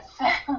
yes